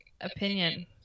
opinion